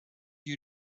you